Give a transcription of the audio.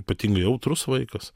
ypatingai jautrus vaikas